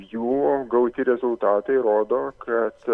jų gauti rezultatai rodo kad